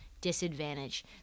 disadvantage